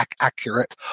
accurate